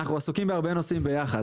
אנחנו עסוקים בהרבה נושאים ביחד,